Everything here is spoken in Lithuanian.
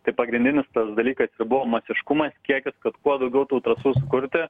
tai pagrindinis dalykas buvo masiškumas kiekis kad kuo daugiau tų trasų sukurti